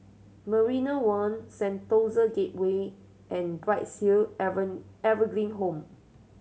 Marina One Sentosa Gateway and Brights Hill Evergreen Home